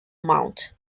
mount